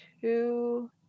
two